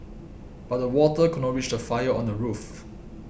but the water could not reach the fire on the roof